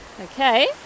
Okay